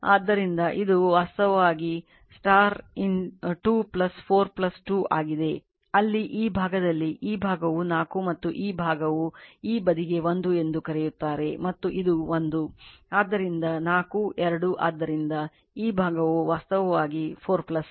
ಆದ್ದರಿಂದ ಇದು ವಾಸ್ತವವಾಗಿ 2 4 2 ಆಗಿದೆ ಅಲ್ಲಿ ಈ ಭಾಗದಲ್ಲಿ ಈ ಭಾಗವು 4 ಮತ್ತು ಈ ಭಾಗವು ಈ ಬದಿಗೆ 1 ಎಂದು ಕರೆಯುತ್ತಾರೆ ಮತ್ತು ಇದು 1 ಆದ್ದರಿಂದ 4 2 ಆದ್ದರಿಂದ ಈ ಭಾಗವು ವಾಸ್ತವವಾಗಿ 4 2